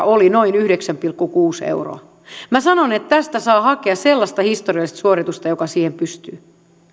oli noin yhdeksän pilkku kuusi euroa minä sanon että tästä saa hakea sellaista historiallista suoritusta joka siihen pystyy